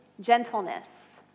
gentleness